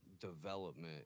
development